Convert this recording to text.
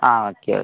ആ ഓക്കെ